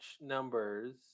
numbers